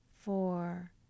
four